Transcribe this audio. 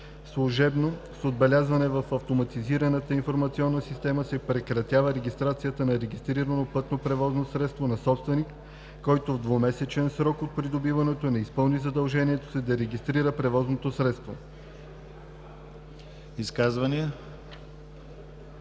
Служебно, с отбелязване в автоматизираната информационна система, се прекратява регистрацията на регистрирано пътно превозно средство на собственик, който в двумесечен срок от придобиването не изпълни задължението си да регистрира превозното средство.“